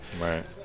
Right